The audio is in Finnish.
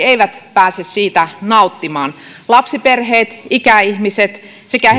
eivät pääse siitä nauttimaan lapsiperheiden ikäihmisten sekä